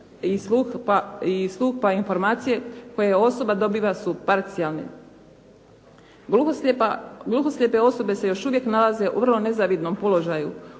i sluh pa informacije koje osoba dobiva su parcijalne. Gluho-slijepe osobe se još uvijek nalaze u vrlo nezavidnom položaju